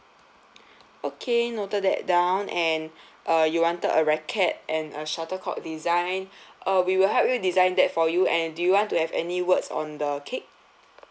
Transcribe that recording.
okay noted that down and uh you wanted a racket and a shuttlecock design uh we will help you design that for you and do you want to have any words on the cake